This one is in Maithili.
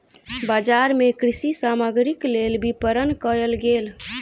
बजार मे कृषि सामग्रीक लेल विपरण कयल गेल